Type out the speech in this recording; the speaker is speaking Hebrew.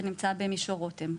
שנמצא במישור רותם,